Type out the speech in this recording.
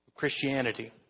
Christianity